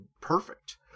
perfect